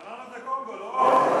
בננות זה קונגו, לא?